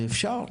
אפשר.